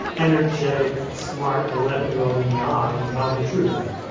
energetic, smart eleven year old in the eye and tell him the truth.